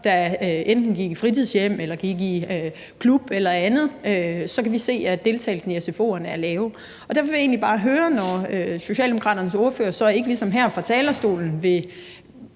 der enten gik i fritidshjem eller klub eller andet, så kan vi se, at graden af deltagelse i sfo'erne er lav. Så når Socialdemokraternes ordfører ligesom ikke her fra talerstolen vil